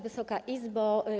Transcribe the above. Wysoka Izbo!